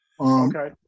Okay